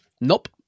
Nope